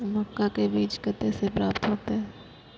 मखान के बीज कते से प्राप्त हैते?